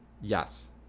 Yes